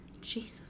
Jesus